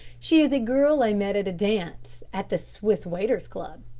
she is a girl i met at a dance at the swiss waiters' club,